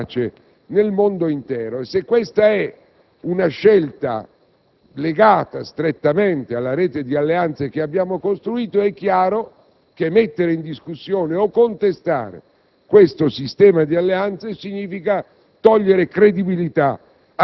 in molti scenari di guerra o di costruzione di pace nel mondo intero. Se questa è una scelta legata strettamente alla rete di alleanze che abbiamo costruito, è chiaro che mettere in discussione o contestare